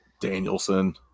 Danielson